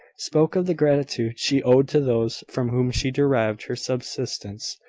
spoke of the gratitude she owed to those from whom she derived her subsistence,